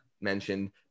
mentioned